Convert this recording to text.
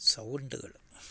സൗണ്ടുകൾ